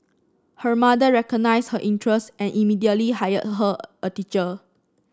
her mother recognised her interest and immediately hired her a teacher